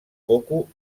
coco